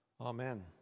Amen